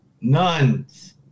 Nuns